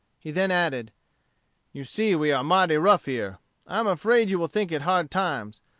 he then added you see we are mighty rough here. i am afraid you will think it hard times.